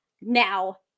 now